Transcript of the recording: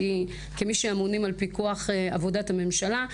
כמי שאמונים על פיקוח עבודת הממשלה,